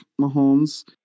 Mahomes